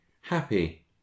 Happy